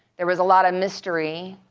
there was a lot of mystery